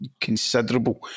considerable